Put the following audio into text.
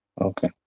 okay